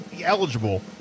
eligible